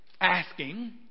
asking